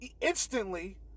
instantly